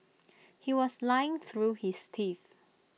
he was lying through his teeth